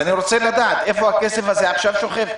אני רוצה לדעת איפה הכסף הזה שוכב עכשיו.